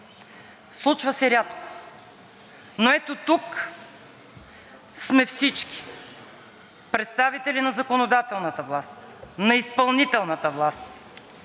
Случва се рядко, но ето, тук сме всички – представители на законодателната власт, на изпълнителната власт,